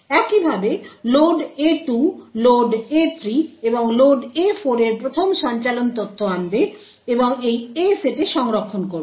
একইভাবে load A2 load A3 এবং load A4 এর প্রথম সঞ্চালন তথ্য আনবে এবং এই A সেটে সংরক্ষণ করবে